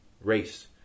Race